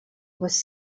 was